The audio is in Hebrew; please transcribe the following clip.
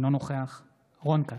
אינו נוכח רון כץ,